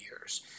years